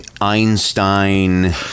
Einstein